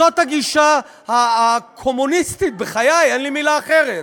זאת הגישה הקומוניסטית, בחיי, אין לי מילה אחרת.